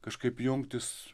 kažkaip jungtis